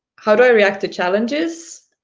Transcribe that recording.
how do i react to challenges?